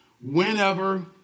Whenever